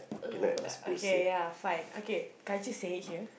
uh okay ya fine okay can't you say it here